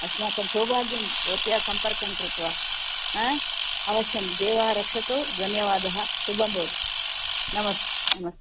अस्माकं सौभाग्यं भवत्या सम्पर्कं कृत्वा अवश्यं देवाः रक्षतु धन्यवादः शुभंभवतु नमस्ते नमस्ते